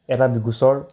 এটা গোচৰ